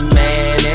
man